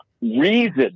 reason